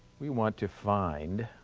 we want to find